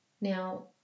Now